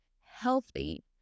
healthy